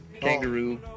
kangaroo